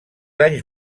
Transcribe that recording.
anys